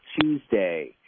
Tuesday